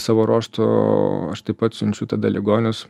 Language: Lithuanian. savo ruožtu aš taip pat siunčiu tada ligonius